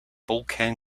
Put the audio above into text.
vulcan